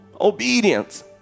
obedience